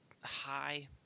high